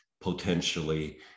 potentially